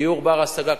דיור בר-השגה,